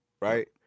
right